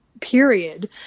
period